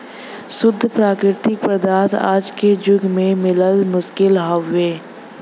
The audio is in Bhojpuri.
शुद्ध प्राकृतिक पदार्थ आज के जुग में मिलल मुश्किल हउवे